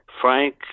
Frank